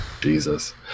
Jesus